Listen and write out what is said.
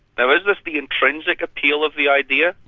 now is this the intrinsic appeal of the idea?